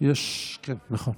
כן, נכון.